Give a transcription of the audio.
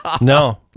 No